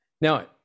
Now